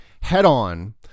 head-on